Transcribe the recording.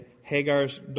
Hagar's